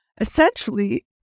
essentially